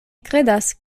kredas